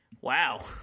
Wow